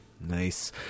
Nice